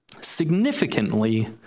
significantly